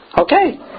Okay